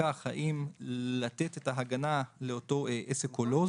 לפקח האם לתת את ההגנה לאותו עסק או לא.